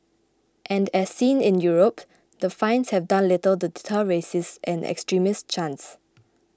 and as seen in Europe the fines have done little to deter racist and extremist chants